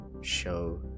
show